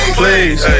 please